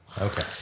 Okay